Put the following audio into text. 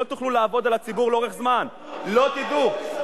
לא תוכלו לעבוד על הציבור לאורך זמן, הישרדות.